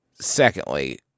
Secondly